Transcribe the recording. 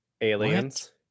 Aliens